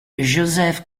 joseph